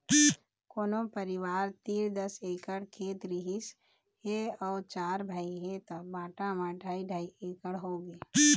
कोनो परिवार तीर दस एकड़ खेत रहिस हे अउ चार भाई हे त बांटा म ढ़ाई ढ़ाई एकड़ होगे